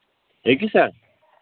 اَکی ساتہٕ